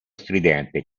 stridente